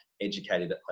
educated